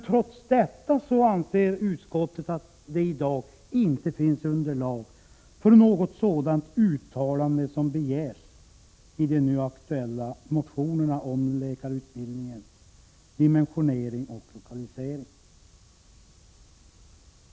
Trots detta anser utskottet att det i dag inte finns underlag för något sådant uttalande som begärs i de nu aktuella motionerna om läkarutbildningens dimensionering och lokalisering.